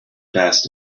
best